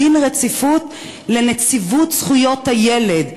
דין רציפות לנציבות זכויות הילד,